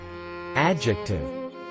adjective